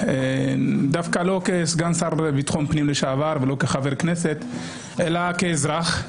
דווקא לא כסגן שר לביטחון פנים לשעבר ולא כחבר כנסת אלא כאזרח,